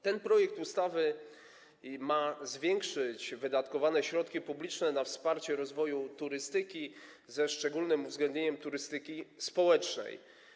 Ten projekt ustawy ma zwiększyć wydatkowane środki publiczne na wsparcie rozwoju turystyki, ze szczególnym uwzględnieniem turystyki społecznej.